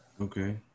Okay